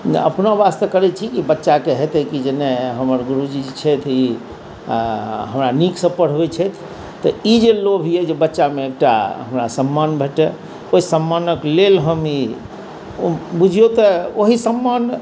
अपना वास्ते करैत छी कि बच्चाके हेतै कि जे नहि हमर गुरुजी जे छथि ई हमरा नीकसँ पढ़बैत छथि तऽ ई जे लोभ यए जे बच्चामे एकटा हमरा सम्मान भेटय ओहि सम्मानक लेल हम ई बुझियौ तऽ ओही सम्मान